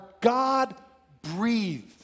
God-breathed